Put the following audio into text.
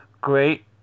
great